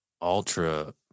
ultra